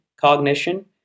cognition